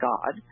God